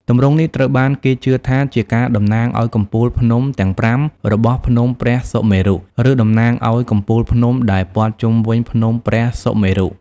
ទម្រង់នេះត្រូវបានគេជឿថាជាការតំណាងឱ្យកំពូលភ្នំទាំងប្រាំរបស់ភ្នំព្រះសុមេរុ ឬតំណាងឱ្យកំពូលភ្នំដែលព័ទ្ធជុំវិញភ្នំព្រះសុមេរុ។